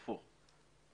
הפוך.